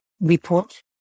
report